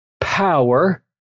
power